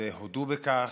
הודו בכך.